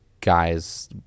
guys